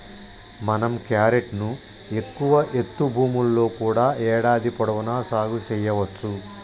మనం క్యారెట్ ను ఎక్కువ ఎత్తు భూముల్లో కూడా ఏడాది పొడవునా సాగు సెయ్యవచ్చు